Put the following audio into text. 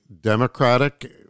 Democratic